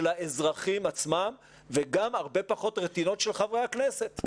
האזרחים עצמם וגם הרבה פחות רטינות של חברי הכנסת.